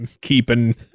keeping